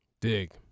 dig